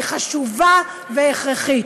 היא חשובה והכרחית.